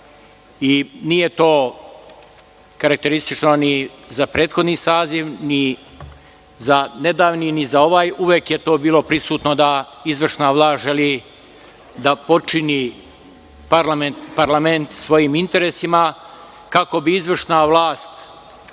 Nije to karakteristično ni za prethodni saziv, ni za nedavni, ni za ovaj, uvek je to bilo prisutno da izvršna vlast želi da potčini parlament svojim interesima, kako bi izvršna vlast